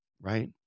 right